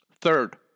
Third